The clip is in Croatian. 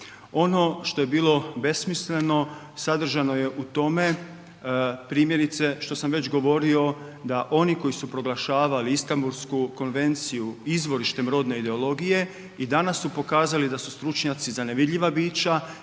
Ono što je bilo besmisleno sadržano je u tome primjerice što sam već govorio da oni koji su proglašavali Istambulsku konvenciju izvorištem rodne ideologije i danas su pokazali da su stručnjaci za nevidljiva bića